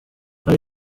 hari